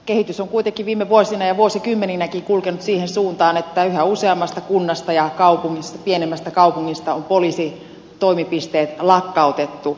kehitys on kuitenkin viime vuosina ja vuosikymmeninäkin kulkenut siihen suuntaan että yhä useammasta kunnasta ja pienemmästä kaupungista on poliisin toimipisteet lakkautettu